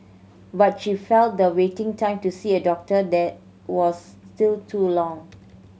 but she felt the waiting time to see a doctor there was still too long